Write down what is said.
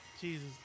Jesus